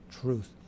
truth